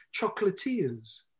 chocolatiers